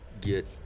get